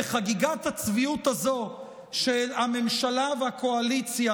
בחגיגית הצביעות הזאת של הממשלה והקואליציה,